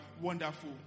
wonderful